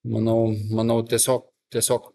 manau manau tiesiog tiesiog